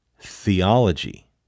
theology